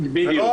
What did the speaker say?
לא אקדמיה.